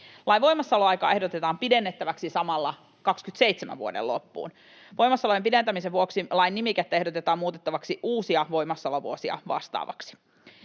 Lain voimassaoloaikaa ehdotetaan pidennettäväksi samalla vuoden 27 loppuun. Voimassaoloajan pidentämisen vuoksi lain nimikettä ehdotetaan muutettavaksi uusia voimassaolovuosia vastaavaksi.